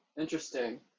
Interesting